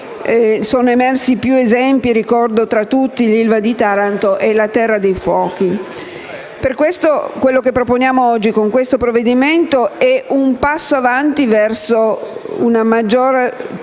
Sono emersi più esempi: ricordo tra tutti l'ILVA di Taranto e la terra dei fuochi. Quello che proponiamo oggi con il provvedimento in esame è un passo avanti verso una maggiore